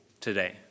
today